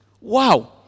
Wow